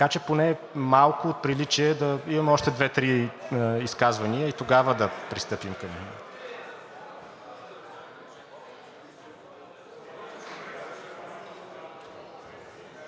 така че поне малко от приличие да имаме още две-три изказвания и тогава да пристъпим към…